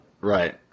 Right